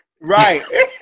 Right